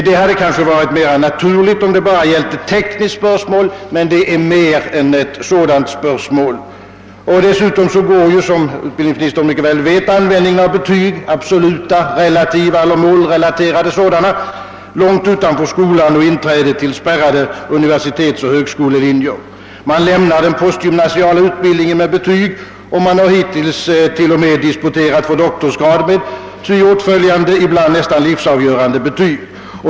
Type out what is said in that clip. Det hade kanske varit mera naturligt om det bara gällt ett tekniskt spörsmål, men detta är mer än ett sådant. Dessutom går, som utbildningsministern mycket väl vet, användningen av betyg — absoluta, relativa eller målrelaterade — långt utanför skolan och inträdet till spärrade universitetsoch högskolelinjer. Man lämnar den postgymnasiala utbildningen med betyg, och man har hittills t.o.m. disputerat för doktorsgraden med ty åtföljande, ibland nästan livsavgörande betyg.